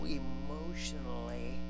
emotionally